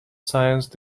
science